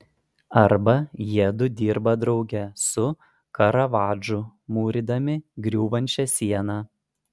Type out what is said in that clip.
arba jiedu dirba drauge su karavadžu mūrydami griūvančią sieną